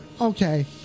Okay